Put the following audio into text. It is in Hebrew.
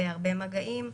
בהרבה מגעים,